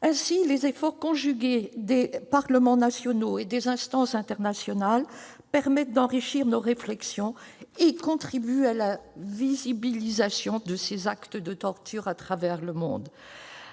Ainsi, les efforts conjugués des parlements nationaux et des instances internationales permettent d'enrichir nos réflexions et contribuent à rendre plus visibles ces actes de torture à travers le monde.